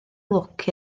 lwc